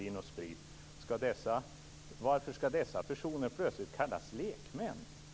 Vin & Sprit AB. Varför skall dessa personer plötsligt kallas lekmän?